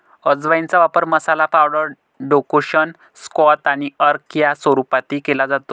अजवाइनचा वापर मसाला, पावडर, डेकोक्शन, क्वाथ आणि अर्क या स्वरूपातही केला जातो